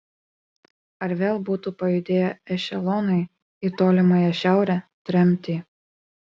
ar vėl būtų pajudėję ešelonai į tolimąją šiaurę tremtį